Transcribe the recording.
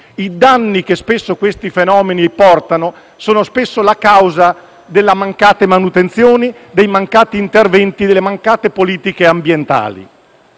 i danni che tali fenomeni portano sono però spesso la conseguenza delle mancate manutenzioni, dei mancati interventi e delle mancate politiche ambientali.